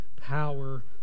power